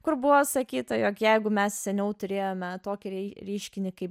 kur buvo sakyta jog jeigu mes seniau turėjome tokį rei reiškinį kaip